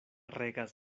regas